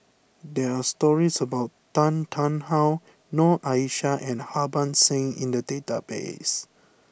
there are stories about Tan Tarn How Noor Aishah and Harbans Singh in the database